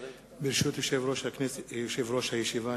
ברשות יושב-ראש הישיבה,